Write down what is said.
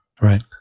Right